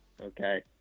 Okay